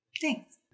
Thanks